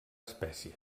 espècie